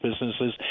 businesses